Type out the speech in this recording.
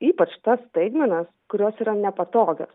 ypač tas staigmenas kurios yra nepatogios